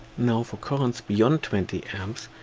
now for currents beyond twenty and a,